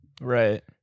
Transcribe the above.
Right